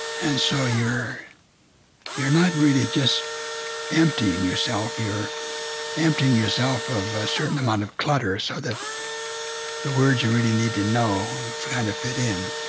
and so you're you're not really just emptying yourself, you're emptying yourself of a certain amount of clutter so that the words you really need to know kind of and fit in.